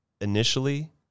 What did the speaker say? Initially